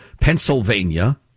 Pennsylvania